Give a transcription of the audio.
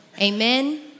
Amen